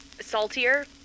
saltier